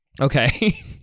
Okay